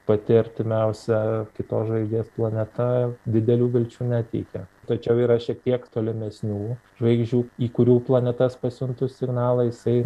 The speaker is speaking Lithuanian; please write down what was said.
pati artimiausia kitos žvaigždės planeta didelių vilčių neteikia tačiau yra šiek tiek tolimesnių žvaigždžių į kurių planetas pasiuntus signalą jisai